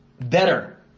better